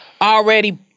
already